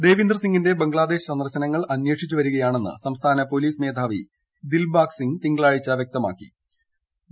ദേവിന്ദർ സിങ്ങിന്റെ ബംഗ്ലാദേശ് സന്ദർശനങ്ങൾ അന്വേഷിച്ചു വരികയാണെന്ന് സംസ്ഥാന പൊലീസ് മേധാവി ദിൽബാഗ് സിംഗ് തിങ്കളാഴ്ച വൃക്തമാക്കിയിരുന്നു